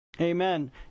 Amen